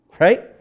Right